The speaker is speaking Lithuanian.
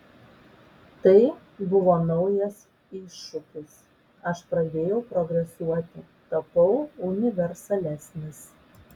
tai buvo naujas iššūkis aš pradėjau progresuoti tapau universalesnis